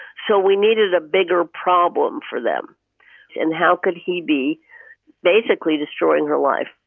so we needed a bigger problem for them and how could he be basically destroying her life?